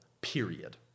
period